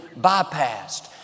bypassed